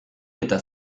eta